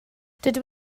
dydw